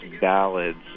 ballads